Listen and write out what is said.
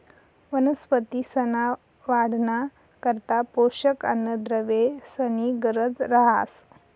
वनस्पतींसना वाढना करता पोषक अन्नद्रव्येसनी गरज रहास